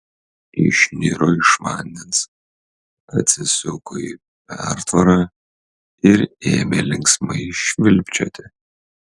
išniro iš vandens atsisuko į pertvarą ir ėmė linksmai švilpčioti